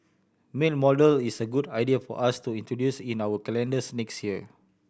male model is a good idea for us to introduce in our calendars next year